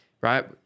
right